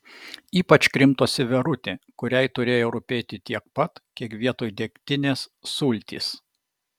ypač krimtosi verutė kuriai tai turėjo rūpėti tiek pat kiek vietoj degtinės sultys